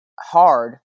hard